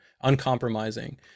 uncompromising